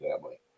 family